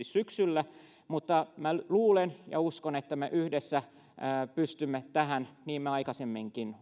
syksyllä mutta luulen ja uskon että me yhdessä pystymme tähän niin me aikaisemminkin